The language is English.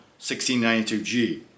1692G